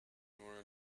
nor